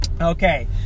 okay